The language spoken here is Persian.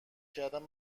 کردن